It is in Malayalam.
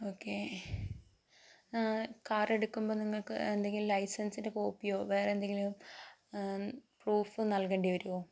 ഓക്കേ കാറെടുക്കുമ്പോൾ നിങ്ങൾക്ക് എന്തെങ്കിലും ലൈസൻസിൻ്റെ കോപ്പിയോ വേറെന്തെങ്കിലും പ്രൂഫ് നൽകേണ്ടി വരുമോ